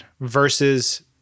versus